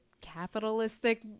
capitalistic